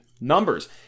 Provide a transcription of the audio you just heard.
numbers